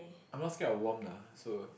I'm not scared of warm lah so